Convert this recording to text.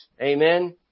Amen